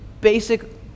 basic